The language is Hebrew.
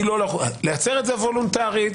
לייצר את זה וולונטרית,